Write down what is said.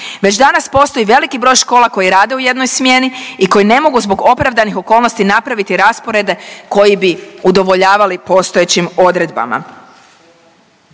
Već danas postoji veliki broj škola koje rade u jednoj smjeni i koje ne mogu zbog opravdanih okolnosti napraviti rasporede koji bi udovoljavali postojećim odredbama.